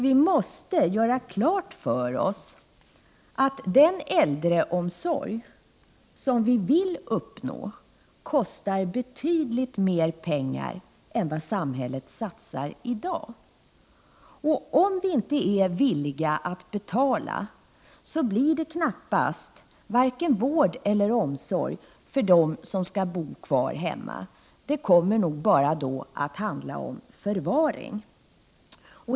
Vi måste göra klart för oss att den äldreomsorg som vi vill uppnå kostar betydligt mer pengar än vad samhället satsar i dag. Om vi inte är villiga att betala, blir det varken vård eller omsorg för dem som skall bo kvar hemma. Det kommer nog bara att handla om förvaring.